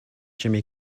jimmy